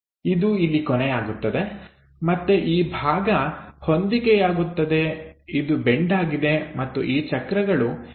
ಇದು ಇಲ್ಲಿ ಕೊನೆಯಾಗುತ್ತದೆ ಮತ್ತೆ ಈ ಭಾಗ ಹೊಂದಿಕೆಯಾಗುತ್ತದೆ ಇದು ಬೆಂಡಾಗಿದೆ ಮತ್ತು ಈ ಚಕ್ರಗಳು ಇಲ್ಲಿ ಕಾಣಸಿಗುತ್ತವೆ